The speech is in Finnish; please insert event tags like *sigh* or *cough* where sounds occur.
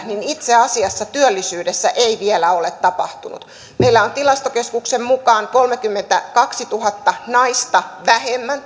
niin itse asiassa työllisyydessä ei vielä ole tapahtunut meillä on tilastokeskuksen mukaan työttömänä kolmekymmentäkaksituhatta naista vähemmän *unintelligible*